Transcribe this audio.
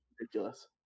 Ridiculous